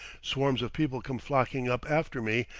swarms of people come flocking up after me,